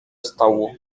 stołu